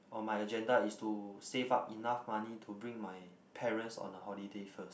on my agenda is to save up enough money to bring my parents on a holiday first